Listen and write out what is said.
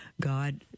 God